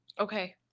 Okay